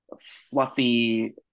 fluffy